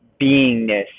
beingness